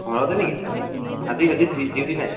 ঘৰতে নেকি আজি ৰাতি ডি ডিউটি নাই